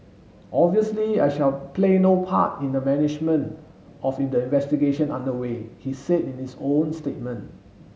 obviously I shall play no part in the management of in the investigation under way he said in his own statement